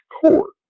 court